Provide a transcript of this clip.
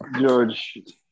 George